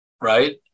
right